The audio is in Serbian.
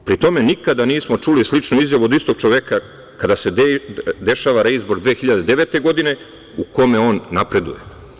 Pri tome, nikada nismo čuli sličnu izjavu od istog čoveka kada se dešava reizbor 2009. godine u kome on napreduje.